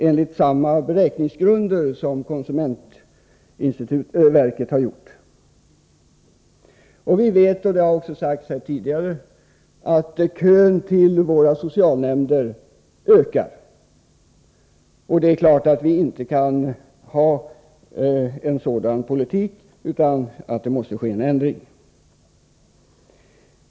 enligt samma beräkningsgrunder som konsumentverket gjort. Vi vet, och det har också sagts här tidigare, att kön hos våra socialnämnder ökar. Vi kan inte ha en sådan politik. Det måste ske en ändring.